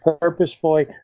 purposefully